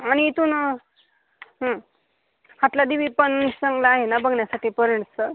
आणि इथून हातला देवीपण चांगलं आहे ना बघण्यासाठी पर्यटनस्थळ